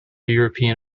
european